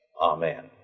Amen